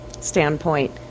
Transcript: standpoint